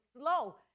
slow